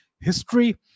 history